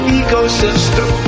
ecosystem